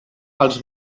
els